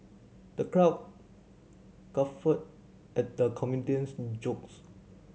the crowd guffawed at the comedian's jokes